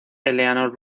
eleanor